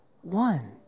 one